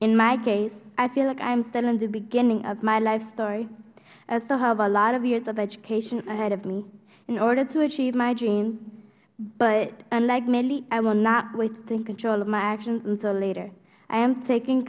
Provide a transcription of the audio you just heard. in my case i feel like i am still in the beginning of my life story i still have a lot of years of education ahead of me in order to achieve my dreams but unlike milly i will not wait to take control of my actions until later i am taking